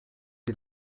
die